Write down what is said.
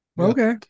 okay